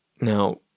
Now